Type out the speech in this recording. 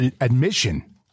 admission